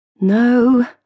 No